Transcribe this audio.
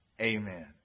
Amen